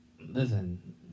Listen